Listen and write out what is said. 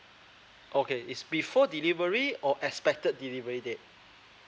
okay is before delivery or expected delivery date